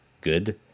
good